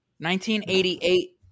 1988